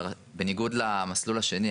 בניגוד למסלול השני,